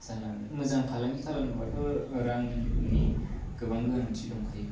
मोजां फालांगि खालामनोबाथ' रांनि गोबां गोनांथि दंखायो